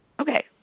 okay